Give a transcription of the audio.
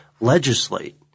legislate